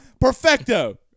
perfecto